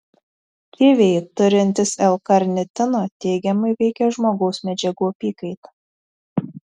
kiviai turintys l karnitino teigiamai veikia žmogaus medžiagų apykaitą